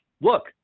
look